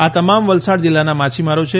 આ તમામ વલસાડ જીલ્લાના માછીમારો છે